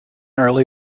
early